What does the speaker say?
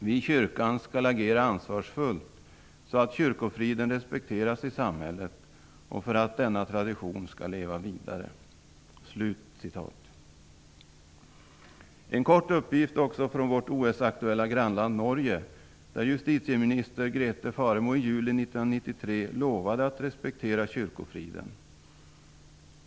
Vi i kyrkan skall agera ansvarsfullt, så att kyrkofriden respekteras i samhället och för att denna tradition skall leva vidare.'' Låt mig ge en kort uppgift från vårt OS-aktuella grannland Norge. Justitieminister Grete Faremo lovade i juli 1993 att respektera kyrkofriden.